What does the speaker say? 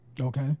Okay